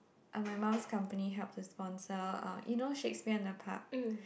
and my mum's company helps us sponsor um you know Shakespeare in the Park